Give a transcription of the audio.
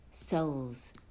souls